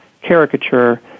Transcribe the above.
caricature